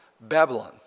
Babylon